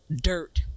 dirt